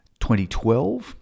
2012